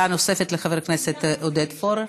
דעה נוספת לעודד פורר.